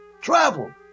travel